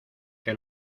que